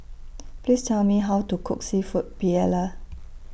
Please Tell Me How to Cook Seafood Paella